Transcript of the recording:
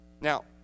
Now